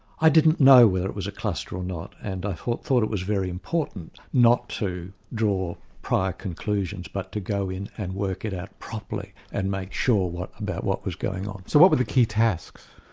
i didn't know whether it was a cluster or not and i thought thought it was very important not to draw prior conclusions but to go in and work it out properly and make sure about what was going on. so what were the key tasks?